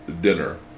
dinner